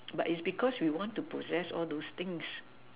but it's because we want to possess all those things